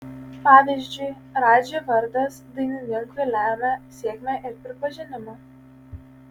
pavyzdžiui radži vardas dainininkui lemia sėkmę ir pripažinimą